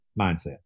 mindset